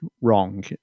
wrong